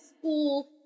school